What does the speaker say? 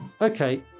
Okay